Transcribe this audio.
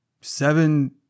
seven